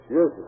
Yes